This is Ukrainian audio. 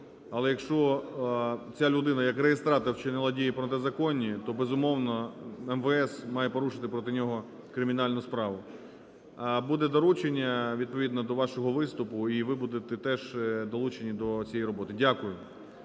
Але якщо ця людина як регістратор вчинила дії протизаконні, то, безумовно, МВС має порушити про нього кримінальну справу. Буде доручення відповідно до вашого виступу і ви будете теж долучені до цієї роботи. Дякую.